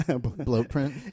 Blueprint